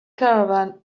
caravan